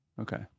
Okay